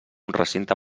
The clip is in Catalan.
recinte